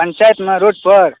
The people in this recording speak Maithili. पञ्चायतमे रोड पर